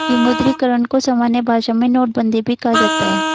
विमुद्रीकरण को सामान्य भाषा में नोटबन्दी भी कहा जाता है